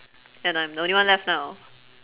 and I'm the only one left now